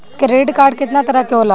Credit card कितना तरह के होला?